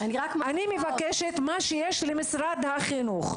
אני מבקשת מה שיש למשרד החינוך.